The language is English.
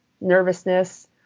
nervousness